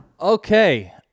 Okay